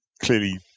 clearly